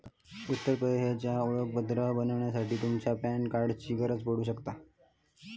उत्तर प्रदेशचा ओळखपत्र बनवच्यासाठी तुमच्या पॅन कार्डाची गरज पडू शकता